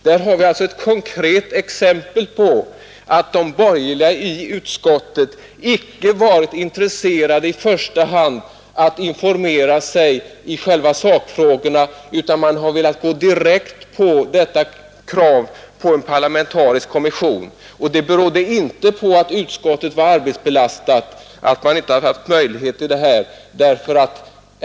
Där har vi alltså ett konkret exempel på att de borgerliga i utskottet icke varit intresserade av i första hand att informera sig i själva sakfrågorna, utan de har velat gå direkt på kravet på tillsättande av en parlamentarisk kommission. Att man inte fått fram bemyndigandet beror inte på att utskottet varit arbetsbelastat.